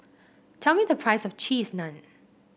tell me the price of Cheese Naan